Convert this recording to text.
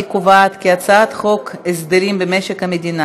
אני קובעת כי הצעת חוק הסדרים במשק המדינה